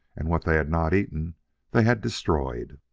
and what they had not eaten they had destroyed.